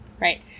right